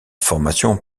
formation